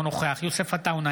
אינו נוכח יוסף עטאונה,